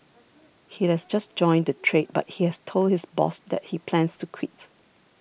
he has just joined the trade but he has told his boss that he plans to quit